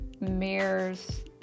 mirrors